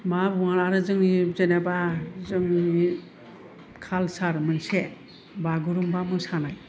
मा बुंनो आरो जोंनि जेनेबा जोंनि कालसार मोनसे बागुरुमबा मोसानाय